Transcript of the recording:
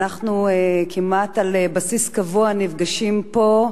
אנחנו כמעט על בסיס קבוע נפגשים פה,